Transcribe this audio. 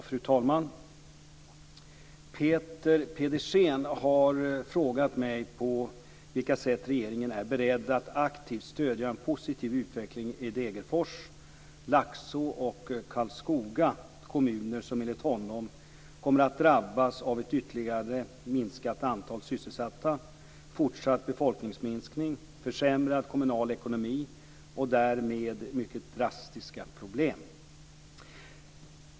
Fru talman! Peter Pedersen har frågat mig på vilka sätt regeringen är beredd att aktivt stödja en positiv utveckling i Degerfors, Laxå och Karlskoga kommuner, som enligt honom kommer att drabbas av ett ytterligare minskat antal sysselsatta, fortsatt befolkningsminskning, försämrad kommunal ekonomi och därmed mycket drastiska problem.